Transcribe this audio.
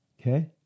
Okay